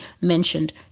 mentioned